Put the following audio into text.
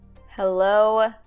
Hello